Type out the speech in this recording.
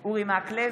בהצבעה אורי מקלב,